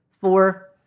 Four